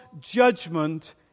judgment